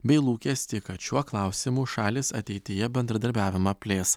bei lūkestį kad šiuo klausimu šalys ateityje bendradarbiavimą plės